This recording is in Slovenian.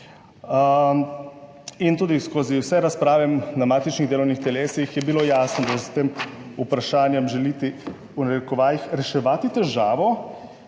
In tudi skozi vse razprave na matičnih delovnih telesih je bilo jasno, da s tem vprašanjem želite, v narekovajih reševati težavo,